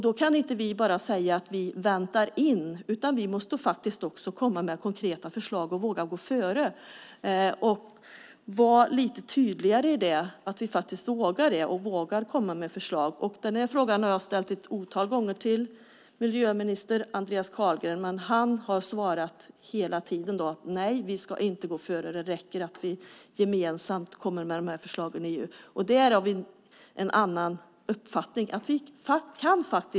Då kan vi inte bara säga att vi väntar in, utan vi måste faktiskt komma med konkreta förslag och våga gå före och vara lite tydligare med att vi faktiskt vågar detta och vågar komma med förslag. Jag har frågat miljöminister Andreas Carlgren om detta ett otal gånger, men han har hela tiden svarat: Nej, vi ska inte gå före. Det räcker att vi gemensamt kommer med de här förslagen i EU. Där har vi en annan uppfattning.